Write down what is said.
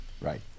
right